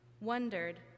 Wondered